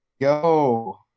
go